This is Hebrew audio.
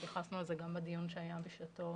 התייחסנו לזה גם בדיון שהיה בשעתו